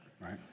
right